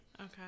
Okay